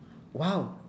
!wow!